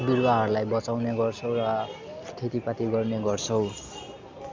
बिरुवाहरूलाई बचाउने गर्छौँ र खेती पाती गर्ने गर्छौँ